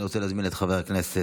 אני רוצה להזמין את חבר הכנסת